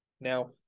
Now